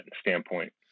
standpoint